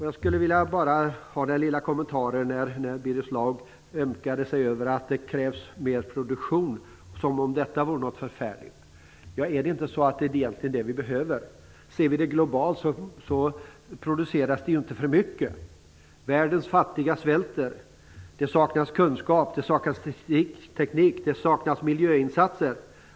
Jag skulle bara vilja göra en liten kommentar till Birger Schlaug, som beklagade sig över att det krävs mer produktion, som om detta vore något förfärligt. Är det inte egentligen det som vi behöver? Globalt sett produceras det inte för mycket. Världens fattiga svälter. Det saknas kunskap, teknik och miljöinsatser.